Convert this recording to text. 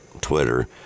Twitter